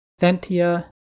Thentia